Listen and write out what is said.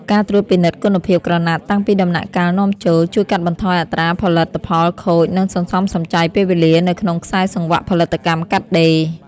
ការត្រួតពិនិត្យគុណភាពក្រណាត់តាំងពីដំណាក់កាលនាំចូល ជួយកាត់បន្ថយអត្រាផលិតផលខូច និងសន្សំសំចៃពេលវេលានៅក្នុងខ្សែសង្វាក់ផលិតកម្មកាត់ដេរ។